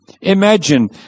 Imagine